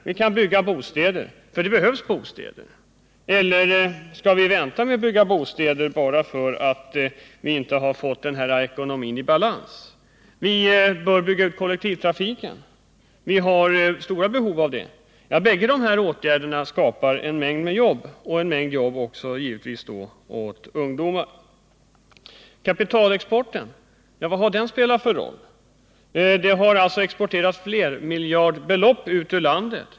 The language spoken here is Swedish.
Vi kan bygga bostäder, och det behövs bostäder. Eller skall vi vänta med att bygga bostäder bara därför att vi inte fått vår ekonomi i balans? Vi har vidare ett stort behov av att bygga ut kollektivtrafiken. Båda dessa åtgärder skulle skapa en mängd jobb, givetvis även åt ungdomar. Vilken roll har då kapitalexporten spelat i det här sammanhanget? Det har exporterats flermiljarderbelopp ut ur landet.